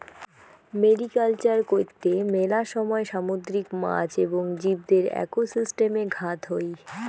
mariculture কৈত্তে মেলা সময় সামুদ্রিক মাছ এবং জীবদের একোসিস্টেমে ঘাত হই